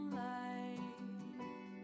light